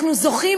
אנחנו זוכים,